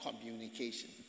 communication